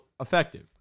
Effective